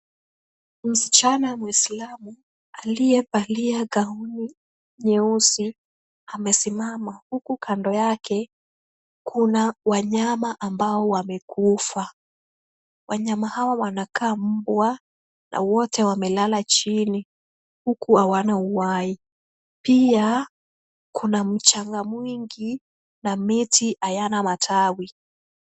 Msichana muislamu aliyevalia gauni nyeusi amesimama, huku kando yake kuna wanyama ambao wamekufa. Wanyama hawa wanakaa mbwa na wote wamelala chini, huku hawana uhai. Pia, kuna mchanga mwingi na miti hayana matawi.